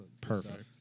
Perfect